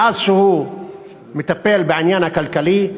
מאז שהוא מטפל בעניין הכלכלי,